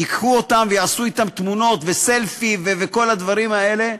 ייקחו אותם ויעשו אתם תמונות וסלפי וכל הדברים האלה,